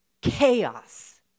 Chaos